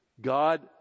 God